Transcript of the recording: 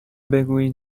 بگویید